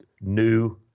new